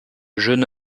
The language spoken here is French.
jeune